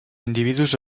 individus